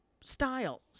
style